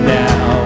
now